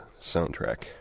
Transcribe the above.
soundtrack